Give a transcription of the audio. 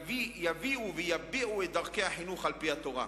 יביאו ויביעו את דרכי החינוך על-פי התורה.